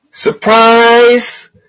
Surprise